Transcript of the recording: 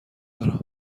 دارم